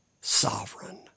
sovereign